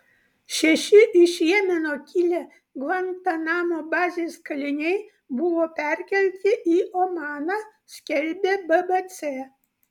šeši iš jemeno kilę gvantanamo bazės kaliniai buvo perkelti į omaną skelbia bbc